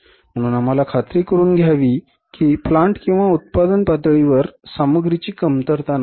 म्हणून आम्हाला खात्री करुन घ्यावी की प्लांट किंवा उत्पादन पातळीवर सामग्रीची कमतरता नाही